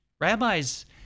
Rabbis